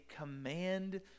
command